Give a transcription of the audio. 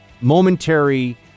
momentary